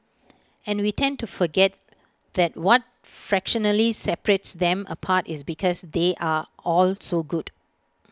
and we tend to forget that what fractionally separates them apart is because they are all so good